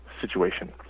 situation